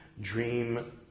dream